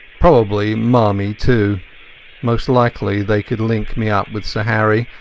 probably marmie too most likely they could link me up with sir harry,